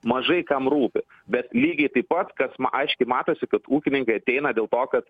mažai kam rūpi bet lygiai taip pat kas man aiškiai matosi kad ūkininkai ateina dėl to kad